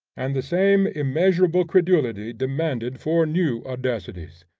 and the same immeasurable credulity demanded for new audacities.